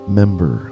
member